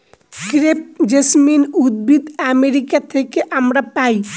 crepe jasmine উদ্ভিদ America থেকে আমরা পাই